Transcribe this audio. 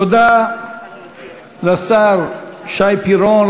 תודה לשר שי פירון.